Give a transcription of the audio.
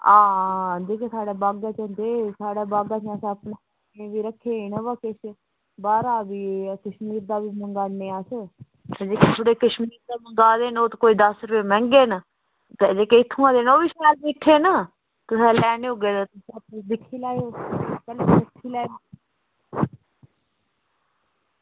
आं जेह्के साढ़े बागै च होंदे जेह्के असें रक्खे दे न किश बाहरा कशमीर दा बी मंगवा दे न किश ते कोई दस्स रपेऽ मैहंगे न शैल मिट्ठे न शैल लैने होगे तां दिक्खी लैयो